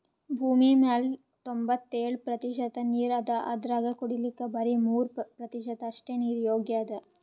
ಭೂಮಿಮ್ಯಾಲ್ ತೊಂಬತ್ತೆಳ್ ಪ್ರತಿಷತ್ ನೀರ್ ಅದಾ ಅದ್ರಾಗ ಕುಡಿಲಿಕ್ಕ್ ಬರಿ ಮೂರ್ ಪ್ರತಿಷತ್ ಅಷ್ಟೆ ನೀರ್ ಯೋಗ್ಯ್ ಅದಾ